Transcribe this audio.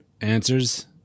answers